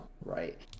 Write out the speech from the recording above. right